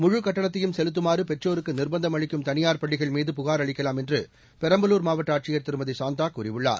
முழுக் கட்டணத்தையும் செலுத்துமாறு பெற்றோருக்கு நிர்பந்தம் அளிக்கும் தனியார் பள்ளிகள்மீது புகார் அளிக்கலாம் என்று பெரம்பலூர் மாவட்ட ஆட்சியர் திருமதி சாந்தா கூறியுள்ளார்